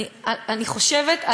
אני חושבת,